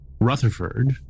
Rutherford